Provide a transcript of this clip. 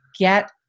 get